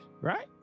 right